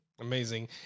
Amazing